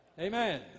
Amen